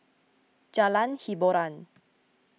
Jalan Hiboran